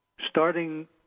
starting